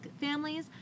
families